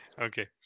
Okay